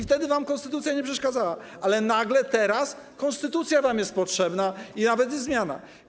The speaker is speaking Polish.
Wtedy wam konstytucja nie przeszkadzała, ale nagle, teraz, konstytucja jest wam potrzebna i jest nawet zmiana.